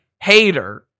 hater